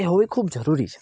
એ હોવી ખૂબ જરૂરી છે